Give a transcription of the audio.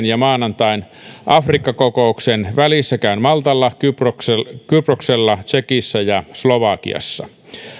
ja maanantain afrikka kokouksen välissä käyn maltalla kyproksella kyproksella tsekissä ja slovakiassa